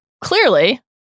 clearly